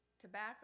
tobacco